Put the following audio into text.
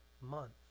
month